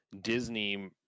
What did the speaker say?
Disney